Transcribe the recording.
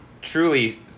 truly